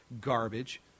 garbage